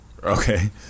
Okay